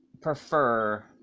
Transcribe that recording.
prefer